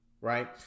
right